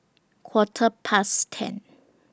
Quarter Past ten